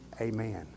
amen